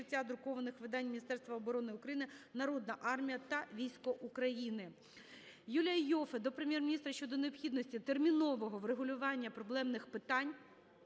друкованих видань Міністерства оборони України "Народна армія" та "Військо України". Юлія Іоффе до Прем'єр-міністра щодо необхідності термінового врегулювання проблемних питань